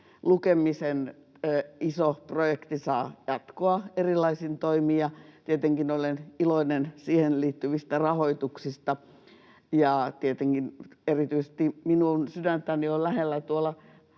Lukemisen iso projekti saa jatkoa erilaisin toimin, ja tietenkin olen iloinen siihen liittyvistä rahoituksista. Tietenkin erityisesti minun sydäntäni lähellä on